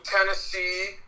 Tennessee